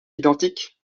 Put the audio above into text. identiques